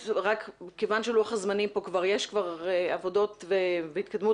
כיון שבלוח הזמנים כבר יש עבודות והתקדמות,